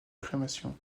crémation